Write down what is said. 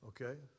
Okay